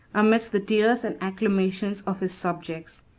amidst the tears and acclamations of his subjects.